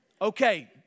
Okay